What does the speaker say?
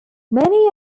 many